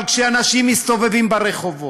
אבל כשאנשים מסתובבים ברחובות,